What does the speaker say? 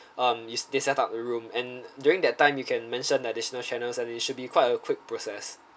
um they set up a room and during that time you can mention additional channels and it should be quite a quick process